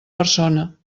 persona